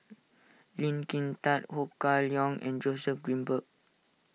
Lee Kin Tat Ho Kah Leong and Joseph Grimberg